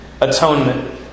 atonement